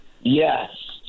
Yes